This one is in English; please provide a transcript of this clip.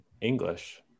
english